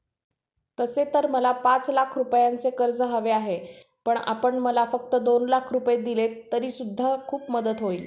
तसे तर मला पाच लाख रुपयांचे कर्ज हवे आहे, पण आपण मला फक्त दोन लाख रुपये दिलेत तरी सुद्धा खूप मदत होईल